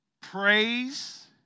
praise